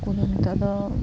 ᱩᱱᱠᱩᱫᱚ ᱱᱤᱛᱚᱜᱫᱚ